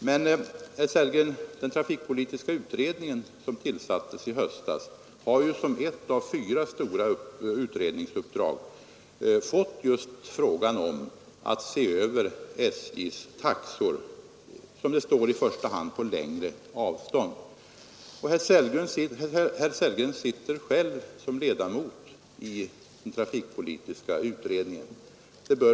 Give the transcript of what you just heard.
Men, herr Sellgren, ett av de fyra stora utredningsuppdragen för den trafikpolitiska utredningen som tillsattes i höstas var just att se över SJ:s taxor i första hand på längre sträckor. Herr Sellgren är själv ledamot av den trafikpolitiska utredningen.